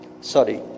Sorry